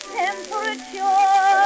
temperature